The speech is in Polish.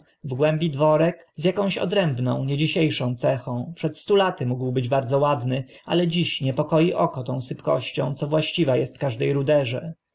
w głębi dworek z akąś odrębną niedzisie szą cechą przed stu laty mógł być bardzo ładny ale dziś niepokoi oko tą sypkością co właściwa est każde ruderze